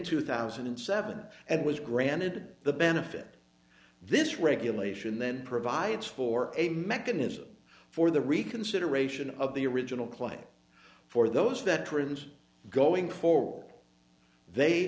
two thousand and seven and was granted the benefit this regulation then provides for a mechanism for the reconsideration of the original claim for those veterans going for they